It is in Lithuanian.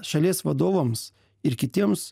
šalies vadovams ir kitiems